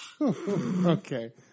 Okay